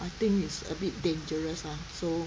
I think it's a bit dangerous ah so